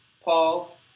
Paul